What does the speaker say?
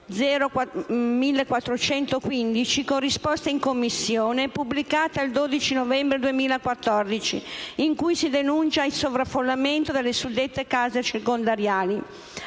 finestra"), con risposta in Commissione, pubblicata il 12 novembre 2014, in cui si denuncia il sovraffollamento delle suddette case circondariali.